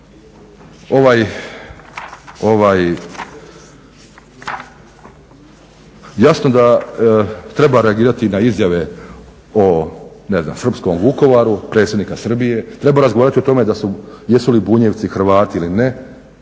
Dakle ovaj, jasno da treba reagirati na izjave o, ne znam, srpskom Vukovaru predsjednika Srbije, treba razgovarati o tome jesu li Bunjevci Hrvati ili ne,